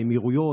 האמירויות,